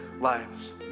lives